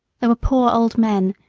there were poor old men,